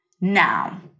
now